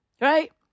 Right